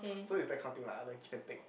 so is that counting like other can take